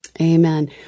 Amen